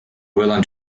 villain